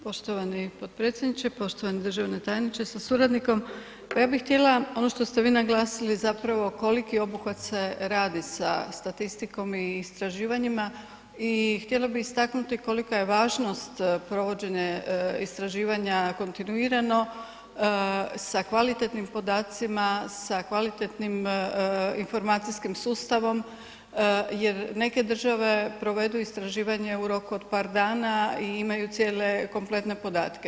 Poštovani potpredsjedniče, poštovani državni tajniče sa suradnikom, pa ja bih htjela ono što ste vi naglasili koliko obuhvat se radi sa statistikom i istraživanjima i htjela bi istaknuti kolika je važnost provođenja istraživanja kontinuirano sa kvalitetnim podacima, sa kvalitetnim informacijskim sustavom, jer neke države provedu istraživanje u roku od par dana i imaju cijele kompletne podatke.